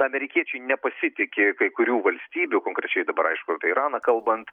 amerikiečiai nepasitiki kai kurių valstybių konkrečiai dabar aišku jau apie iraną kalbant